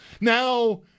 Now